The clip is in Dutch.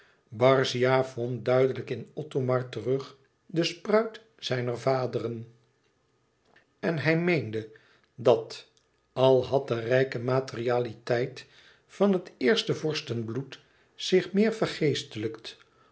barzia vond duidelijk in othomar terug den spruit zijner vaderen en hij meende dat al had de rijke materialiteit van het eerste vorstenbloed zich meer